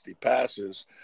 passes